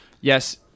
yes